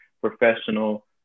professional